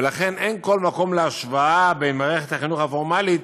לכן אין כל מקום להשוואה בין מערכת החינוך הפורמלית